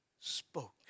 spoke